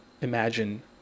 imagine